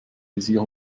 visier